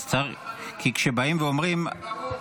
כי כשבאים ואומרים --- ברור.